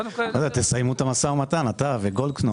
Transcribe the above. קודם כל תסיימו את המשא ומתן, אתה וגולדקנופ.